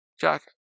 Jack